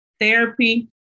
therapy